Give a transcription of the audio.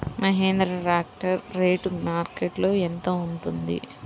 Mahindra tractor rate మార్కెట్లో యెంత ఉంటుంది?